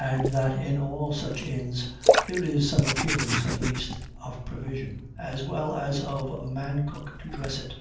and that in all such inns there is some appearance, at least, of provision, as well as of a man-cook to dress it,